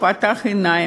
הוא פתח עיניים,